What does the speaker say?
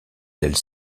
ailes